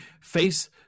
face